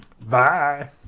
Bye